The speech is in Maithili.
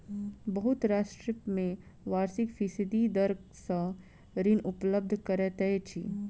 बहुत राष्ट्र में वार्षिक फीसदी दर सॅ ऋण उपलब्ध करैत अछि